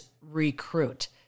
recruit